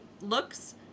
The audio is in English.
looks